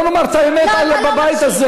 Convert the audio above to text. אני מקשיב לך, אבל בוא נאמר את האמת בבית הזה.